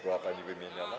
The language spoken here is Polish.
Była pani wymieniona?